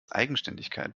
eigenständigkeit